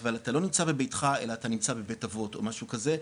אבל אתה לא נמצא בביתך אלא אתה נמצא בבית אבות או משהו כזה,